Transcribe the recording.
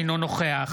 אינו נוכח